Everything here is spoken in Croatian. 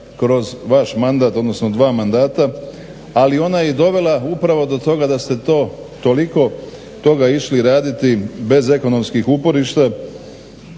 kroz vaš mandat, odnosno dva mandata, ali ona je i dovela upravo do toga da ste to toliko toga išli raditi bez ekonomskih uporišta